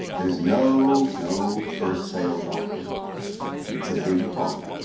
there's no no first sale doctrine and it's a big problem.